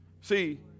See